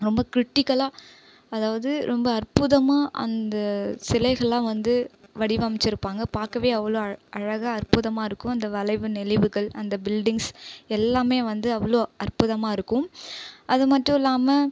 ரொம்பக் கிரிட்டிக்கலாக அதாவது ரொம்ப அற்புதமாக அந்த சிலைகளெலாம் வந்து வடிவமச்சுருப்பாங்க பார்க்கவே அவ்வளோ அழ அழகாக அற்புதமாக இருக்கும் அந்த வளைவு நெளிவுகள் அந்த பில்டிங்ஸ் எல்லாமே வந்து அவ்வளோ அற்புதமாக இருக்கும் அதுமட்டும் இல்லாமல்